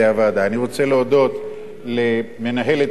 אני רוצה להודות למנהלת הוועדה